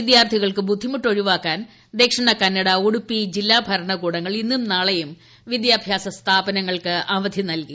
വിദ്യാർത്ഥികൾക്ക് ബുദ്ധിമുട്ട് ഒഴിവാക്കാൻ ദക്ഷിണ കന്നഡ ഉഡുപ്പി ജില്ലാ ഭരണകൂടങ്ങൾ ഇന്നും നാളെയും വിദ്യാഭ്യാസ സ്ഥാപനങ്ങൾക്ക് അവധി നൽകി